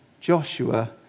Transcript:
Joshua